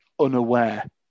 unaware